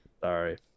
sorry